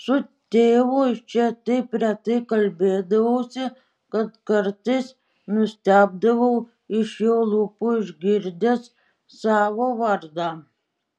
su tėvu čia taip retai kalbėdavausi kad kartais nustebdavau iš jo lūpų išgirdęs savo vardą